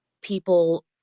people